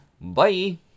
bye